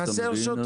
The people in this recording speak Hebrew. כמו שאתה מבין.